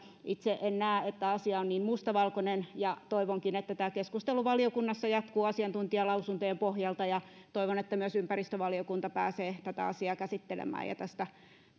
itse en näe että asia on niin mustavalkoinen ja toivonkin että keskustelu valiokunnassa jatkuu asiantuntijalausuntojen pohjalta ja toivon että myös ympäristövaliokunta pääsee tätä asiaa käsittelemään ja tästä